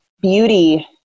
beauty